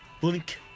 Blink